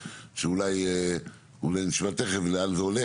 אולי נשמע תיכף לאן זה הולך,